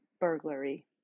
burglary